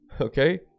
okay